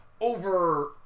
over